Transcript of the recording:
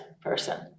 person